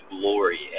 glory